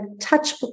touch